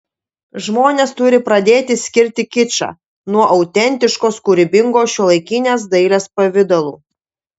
žmonės turi pradėti skirti kičą nuo autentiškos kūrybingos šiuolaikinės dailės pavidalų